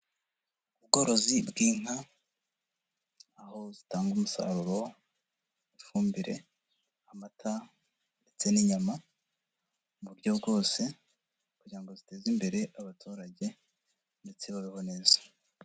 Ubworozi bw'inka, aho zitanga umusaruro, ifumbire, amata, ndetse n'inyama, mu buryo bwose kugira ngo ziteze imbere abaturage, ndetse babeho neza.